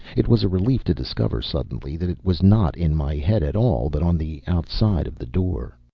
it was a relief to discover suddenly that it was not in my head at all, but on the outside of the door.